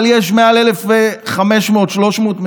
אבל יש מעל 1,500 מתים.